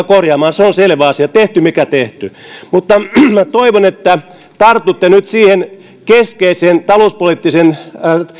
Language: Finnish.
korjaamaan se on selvä asia tehty mikä tehty mutta minä toivon että tartutte nyt siihen keskeiseen talouspoliittisen